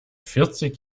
vierzig